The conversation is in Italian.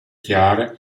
chiare